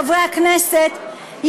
חברי הכנסת,